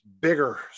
bigger